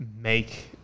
make